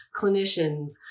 clinicians